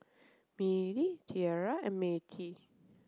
Mylee Tierra and Mettie